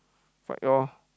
fight lor